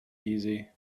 easy